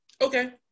Okay